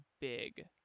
big